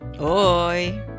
Oi